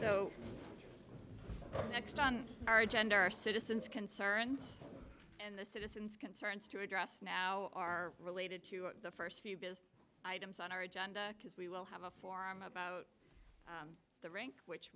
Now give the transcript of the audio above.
so next on our agenda our citizens concerns and the citizens concerns to address now are related to the first few biz items on our agenda because we will have a forum about the rink which